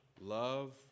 love